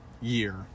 year